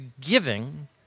giving